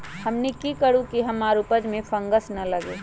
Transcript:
हमनी की करू की हमार उपज में फंगस ना लगे?